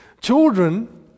Children